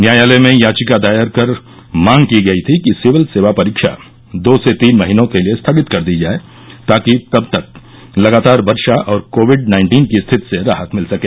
न्यायालय में याचिका दायर कर मांग की गई थी कि सिविल सेवा परीक्षा दो से तीन महीनों के लिए स्थगित कर दी जाए ताकि तब तक लगातार वर्षा और कोविड नाइन्टीन की स्थिति से राहत मिल सके